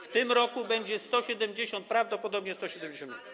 W tym roku będzie 170 - prawdopodobnie 170 mld.